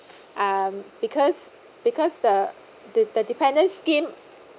um because because the the the dependent scheme